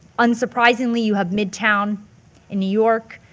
unsurprisingly you have midtown in new york.